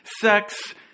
sex